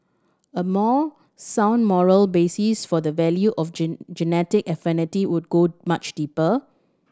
a more sound moral basis for the value of genetic affinity would go much deeper